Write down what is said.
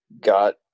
got